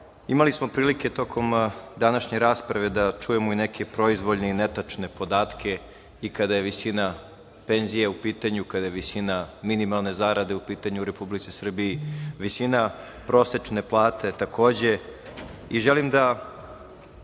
imali smo prilike tokom današnje rasprave da čujemo i neke proizvoljne i netačne podatke i kada je visina penzija u pitanju i kada je visina minimalne zarade u pitanju u Republici Srbiji, visina prosečne plate. Takođe, želim da